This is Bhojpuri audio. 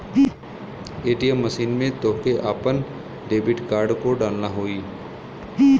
ए.टी.एम मशीन में तोहके आपन डेबिट कार्ड को डालना होई